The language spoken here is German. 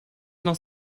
noch